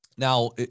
Now